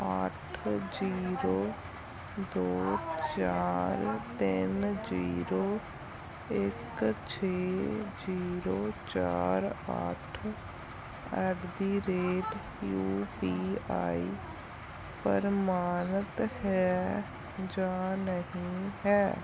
ਅੱਠ ਜ਼ੀਰੋ ਦੋ ਚਾਰ ਤਿੰਨ ਜ਼ੀਰੋ ਇੱਕ ਛੇ ਜ਼ੀਰੋ ਚਾਰ ਅੱਠ at the rate U P I ਪ੍ਰਮਾਣਿਤ ਹੈ ਜਾਂ ਨਹੀਂ ਹੈ